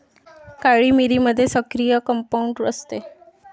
काळी मिरीमध्ये सक्रिय कंपाऊंड असते